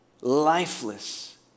Lifeless